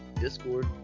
Discord